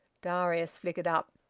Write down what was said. darius flickered up.